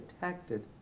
protected